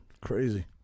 Crazy